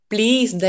Please